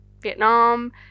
Vietnam